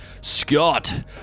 Scott